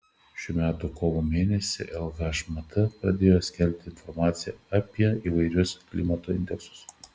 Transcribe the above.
šių metų kovo mėnesį lhmt pradėjo skelbti informaciją apie įvairius klimato indeksus